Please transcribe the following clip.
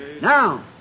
Now